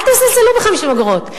אל תזלזלו ב-50 אגורות.